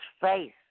face